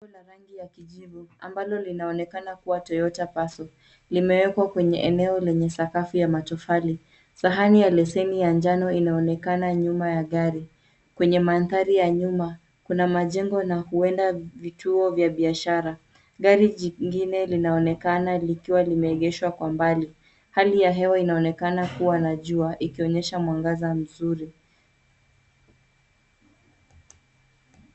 Gari la rangi ya kijivu, ambalo linaonekana kuwa Toyota Pass., Limewekwa kwenye eneo lenye sakafu ya matofali. Sahani ya leseni ya njano inaonekana nyuma ya gari. Kwenye mandhari ya nyuma, kuna majengo na huenda vituo vya biashara. Gari jingine linaonekana likiwa limeegeshwa kwa mbali. Hali ya hewa inaonekana kuwa na jua, ikionyesha mwangaza mzuri.